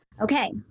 Okay